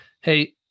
Hey